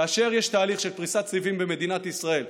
כאשר יש תהליך של פריסת סיבים במדינת ישראל,